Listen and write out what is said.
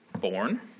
born